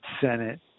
Senate